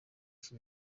iki